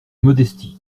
modestie